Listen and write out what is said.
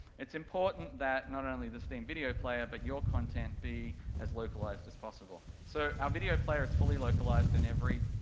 it's important that, not only the steam video player but your content be as localized as possible, so, our video player is fully localized in every